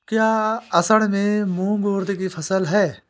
क्या असड़ में मूंग उर्द कि फसल है?